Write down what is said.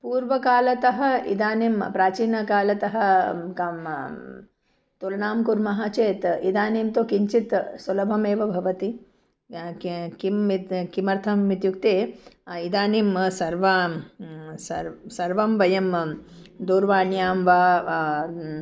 पूर्वकालतः इदानीं प्राचीनकालतः कं तुलनां कुर्मः चेत् इदानीं तु किञ्चित् सुलभमेव भवति किम् इत् किमर्थम् इत्युक्ते इदानीं सर्वं सर्वं सर्वं वयं दूरवाण्यां वा